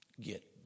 Get